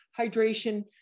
hydration